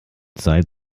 zeit